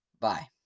Bye